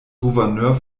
gouverneur